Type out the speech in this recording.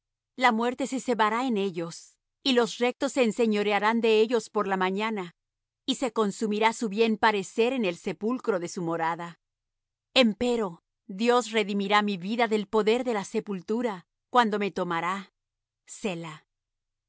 la muerte se cebará en ellos y los rectos se enseñorearán de ellos por la mañana y se consumirá su bien parecer en el sepulcro de su morada empero dios redimirá mi vida del poder de la sepultura cuando me tomará